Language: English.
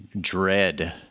dread